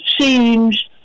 seems